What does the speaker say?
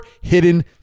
hidden